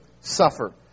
suffer